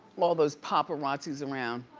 all those paparazzis around,